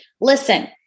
Listen